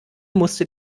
musste